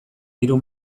hiru